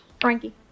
Frankie